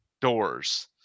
doors